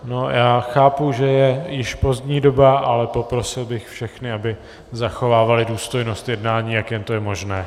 No já chápu, že je již pozdní doba, ale poprosil bych všechny, aby zachovávali důstojnost jednání, jak jen to je možné.